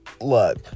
look